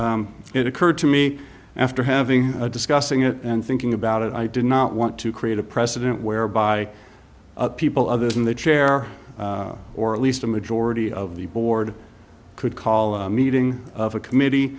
it occurred to me after having discussing it and thinking about it i did not want to create a precedent whereby people other than the chair or at least a majority of the board could call a meeting of a committee